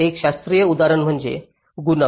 एक शास्त्रीय उदाहरण म्हणजे गुणक